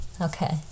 Okay